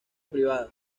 privada